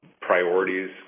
priorities